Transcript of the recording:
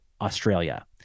Australia